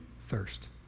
thirst